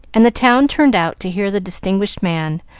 and the town turned out to hear the distinguished man,